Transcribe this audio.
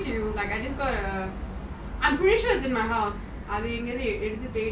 முன்னாடி ஒரு வாடி:munaadi oru vaati I was like oh